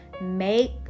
Make